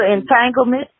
entanglement